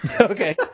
Okay